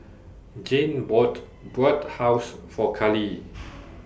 Jayne bought Bratwurst For Kayleigh